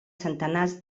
centenars